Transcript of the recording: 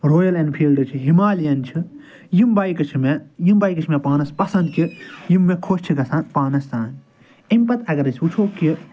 royal Enfield چھِ Himalayan چھِ یِم بایکہٕ چھِ مےٚ یِم بایکہٕ چھِ مےٚ پانَس پسنٛد کہِ یِم مےٚ خۄش چھِ گژھان پانَس تان اَمہِ پتہِ اگرے أسۍ وُچھو کہِ